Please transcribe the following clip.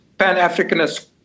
Pan-Africanist